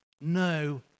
no